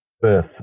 birth